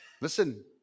Listen